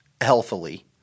healthily